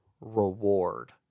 reward